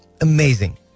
Amazing